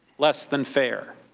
less than fair.